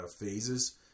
phases